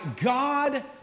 God